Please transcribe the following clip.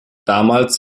damals